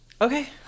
Okay